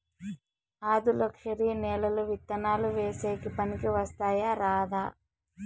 ఆధులుక్షరి నేలలు విత్తనాలు వేసేకి పనికి వస్తాయా రాదా?